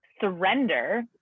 surrender